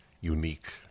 unique